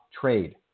trade